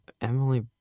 Emily